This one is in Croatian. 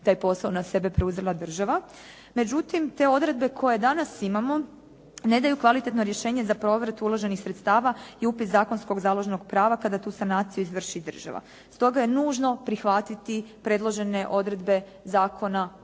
taj posao na sebe preuzela država. Međutim, te odredbe koje danas imamo ne daju kvalitetno rješenje za povrat uloženih sredstava i upis zakonskog založnog prava kada tu sanaciju izvrši država. Stoga je nužno prihvatiti predložene odredbe Zakona